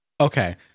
Okay